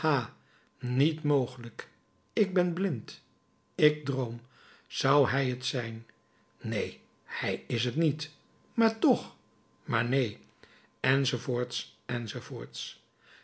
niet mogelijk ik ben blind ik droom zou hij het zijn neen hij is t niet maar toch maar neen enz